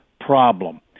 problem